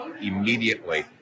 immediately